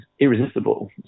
irresistible